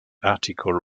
article